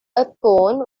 upon